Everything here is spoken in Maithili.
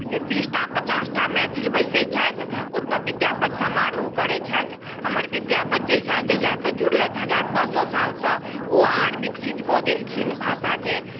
जे बीस टा पचास टा मैथिल बैसैत छथि ओतय विद्यापति समारोह करैत छथि हमर विद्यापति जहिआ जहिआसँ जुड़लथि हजार पाँच सए सालसँ ओ आर विकसित कऽ देलखिन भाषाकेँ